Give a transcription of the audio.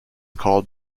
called